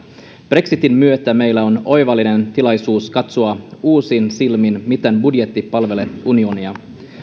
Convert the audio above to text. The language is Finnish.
brexitin myötä meillä on oivallinen tilaisuus katsoa uusin silmin miten budjetti palvelee unionia